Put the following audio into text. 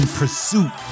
pursuit